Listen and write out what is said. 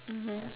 mmhmm